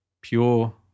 Pure